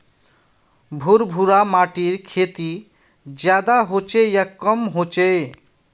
भुर भुरा माटिर खेती ज्यादा होचे या कम होचए?